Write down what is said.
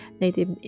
native